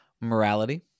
Morality